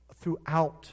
throughout